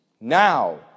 Now